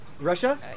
Russia